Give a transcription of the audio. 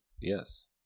yes